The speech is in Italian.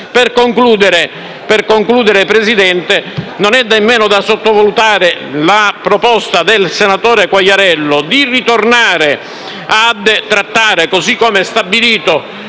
Per concludere, non è nemmeno da sottovalutare la proposta del senatore Quagliariello di ritornare a trattare, così come stabilito,